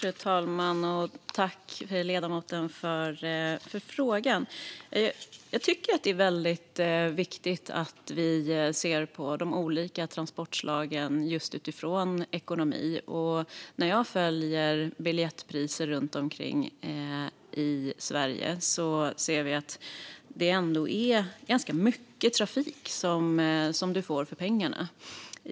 Fru talman! Jag tackar ledamoten för frågan. Jag tycker att det är väldigt viktigt att vi ser på de olika transportslagen just utifrån ekonomi. När jag följer biljettpriser runt om i landet ser jag att man ändå får ganska mycket trafik för pengarna.